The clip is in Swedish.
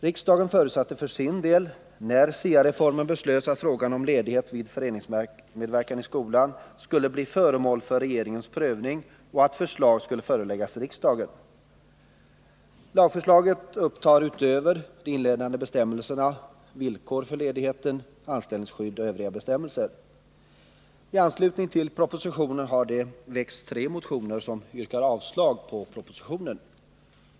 Riksdagen förutsatte för sin del när SIA-reformen beslöts att frågan om ledighet vid föreningsmedverkan i skolan skulle bli föremål för regeringens prövning och att förslag skulle föreläggas riksdagen. ledigheten, anställningsskydd och övriga bestämmelser. Nr 49 IT anslutning till propositionen väcktes tre motioner som yrkade avslag på Tisdagen den propositionen.